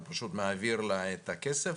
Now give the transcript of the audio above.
הוא פשוט מעביר לה את הכסף,